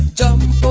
jump